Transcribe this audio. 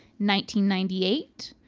ninety ninety eight,